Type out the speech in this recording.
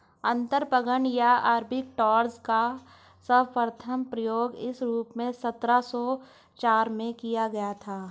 अंतरपणन या आर्बिट्राज का सर्वप्रथम प्रयोग इस रूप में सत्रह सौ चार में किया गया था